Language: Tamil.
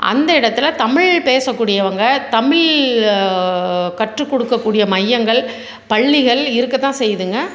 அந்த இடத்துல தமிழ் பேசக்கூடியவங்க தமிழ் கற்றுக்கொடுக்கக்கூடிய மையங்கள் பள்ளிகள் இருக்கத்தான் செய்யுதுங்க